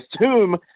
assume